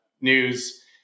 news